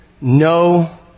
No